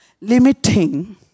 Limiting